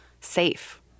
safe